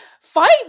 fight